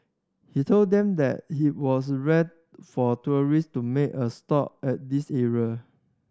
he told them that he was rare for tourist to make a stop at this area